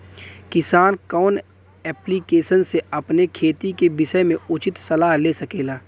किसान कवन ऐप्लिकेशन से अपने खेती के विषय मे उचित सलाह ले सकेला?